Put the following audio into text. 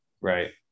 Right